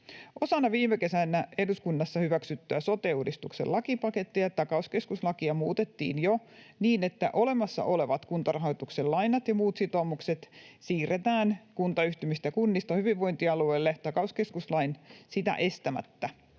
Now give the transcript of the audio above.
Osana viime kesänä eduskunnassa hyväksyttyä sote-uudistuksen lakipakettia takauskeskuslakia muutettiin jo niin, että olemassa olevat Kuntarahoituksen lainat ja muut sitoumukset siirretään kuntayhtymistä ja kunnista hyvinvointialueille takauskeskuslain sitä estämättä.